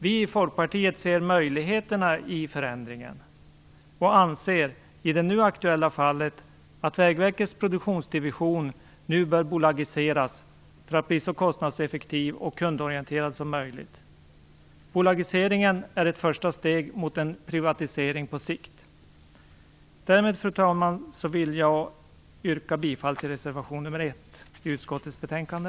Vi i Folkpartiet ser möjligheterna i förändringen och anser i det nu aktuella fallet att Vägverkets produktionsdivision bör bolagiseras för att bli så kostnadseffektiv och kundorienterad som möjligt. Bolagiseringen är ett första steg mot en privatisering på sikt. Därmed, fru talman, vill jag yrka bifall till reservation nr 1 i utskottets betänkande.